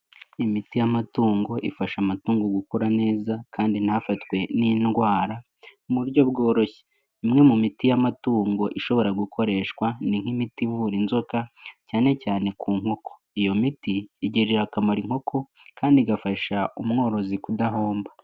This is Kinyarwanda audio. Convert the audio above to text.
Imiti y'amatungo ifasha amatungo gukura neza kandi ntafatwe n'indwara mu buryo bworoshye. Imwe mu miti y'amatungo ishobora gukoreshwa ni nk'imiti ivura inzoka, cyane cyane ku nkoko. Iyo miti igirira akamaro inkoko, kandi igafasha umworozi kudahomba.